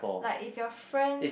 like if your friend